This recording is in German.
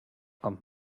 kommt